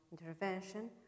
intervention